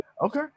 okay